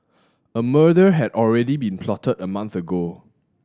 a murder had already been plotted a month ago